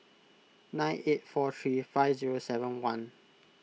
nine eight four three five zero seven one